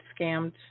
scammed